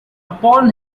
upon